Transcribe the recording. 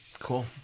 Cool